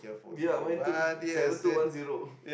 ya mine too seven two one zero